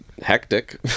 hectic